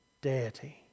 deity